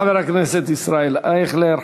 תודה לחבר הכנסת ישראל אייכלר.